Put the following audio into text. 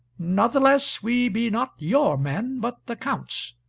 natheless we be not your men, but the count's.